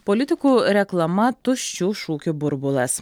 politikų reklama tuščių šūkių burbulas